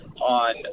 on